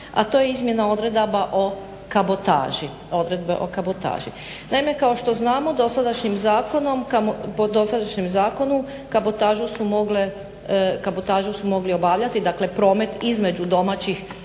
a to je izmjena odredba o kabotaži. Naime, kao što znamo po dosadašnjem zakonu kabotažu su mogli obavljati promet između domaćih